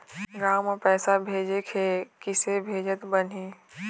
गांव म पैसे भेजेके हे, किसे भेजत बनाहि?